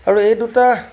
আৰু এই দুটা